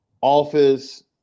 office